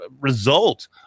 result